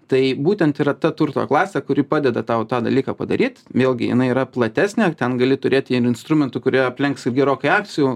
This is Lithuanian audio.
tai būtent yra ta turto klasė kuri padeda tau tą dalyką padaryt vėlgi jinai yra platesnė ten gali turėt ir instrumentų kurie aplenks ir gerokai akcijų